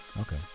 Okay